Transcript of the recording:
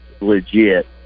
legit